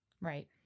Right